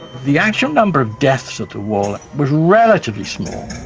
the actual number of deaths at the wall was relatively small,